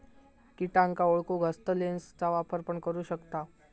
किटांका ओळखूक हस्तलेंसचा वापर पण करू शकताव